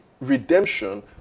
redemption